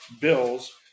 bills